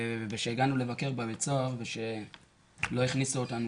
וכשהגענו לבקר בבית הסוהר לא הכניסו אותנו,